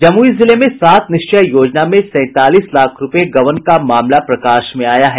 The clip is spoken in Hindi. जमुई जिले में सात निश्चय योजना में सैंतालीस लाख रूपये गबन का मामला प्रकाश में आया है